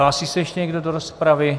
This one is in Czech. Hlásí se ještě někdo do rozpravy?